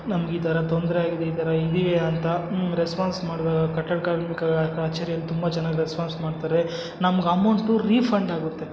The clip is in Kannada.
ನಮ್ಗೆ ಈ ಥರ ತೊಂದರೆ ಆಗಿದೆ ಈ ಥರ ಇದೀವಿ ಅಂತ ರೆಸ್ಪಾನ್ಸ್ ಮಾಡಿದಾಗ ಕಟ್ಟಡ ಕಾರ್ಮಿಕರ ಕಚೇರಿಯಲ್ಲಿ ತುಂಬ ಚೆನ್ನಾಗ್ ರೆಸ್ಪಾನ್ಸ್ ಮಾಡ್ತಾರೆ ನಮ್ಗೆ ಅಮೌಂಟು ರೀಫಂಡ್ ಆಗುತ್ತೆ